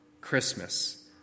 christmas